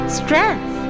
strength